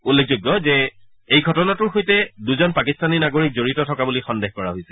উল্লেখযোগ্য যে এই ঘটনাটোৰ সৈতে দুজন পাকিস্তানী নাগৰিক জডিত থকা বুলি সন্দেহ কৰা হৈছিল